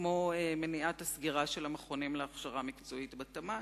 כמו מניעת הסגירה של המכונים להכשרה מקצועית בתמ"ת,